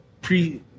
pre